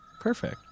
perfect